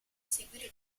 seguire